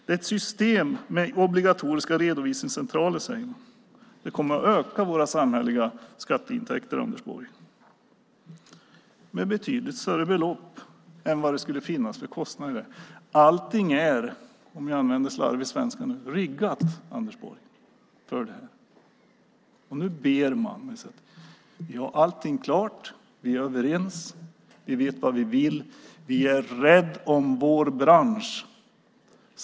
Ett system med obligatoriska redovisningscentraler kommer, säger man, att öka våra samhälleliga skatteintäkter, Anders Borg, och då med betydligt större belopp än vad kostnaderna skulle uppgå till. Allting är, för att använda slarvig svenska, riggat för detta, Anders Borg. Nu säger man: Vi har allting klart. Vi är överens. Vi vet vad vi vill. Vi är rädda om vår bransch.